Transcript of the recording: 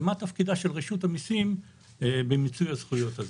ומה תפקידה של רשות המיסים במיצוי הזכויות הזה?